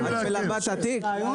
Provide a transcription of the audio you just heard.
למאי.